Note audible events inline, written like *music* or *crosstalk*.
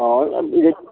অঁ *unintelligible*